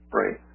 right